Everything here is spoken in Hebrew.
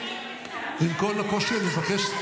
אני מבקש,